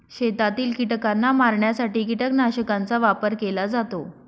शेतातील कीटकांना मारण्यासाठी कीटकनाशकांचा वापर केला जातो